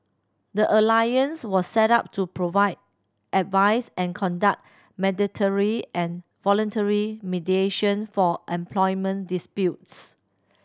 the alliance was set up to provide advice and conduct mandatory and voluntary mediation for employment disputes